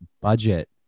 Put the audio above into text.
budget